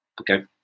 Okay